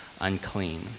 unclean